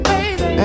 Baby